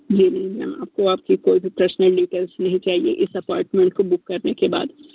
जी ma'am यहाँ आप को आप की कोई भी पर्सनल डिटेल्स नहीं चाहिए इस अपार्टमेंट को बुक करने के बाद